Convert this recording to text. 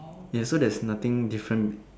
ya so there's nothing different